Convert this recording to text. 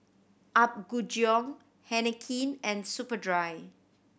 Apgujeong Heinekein and Superdry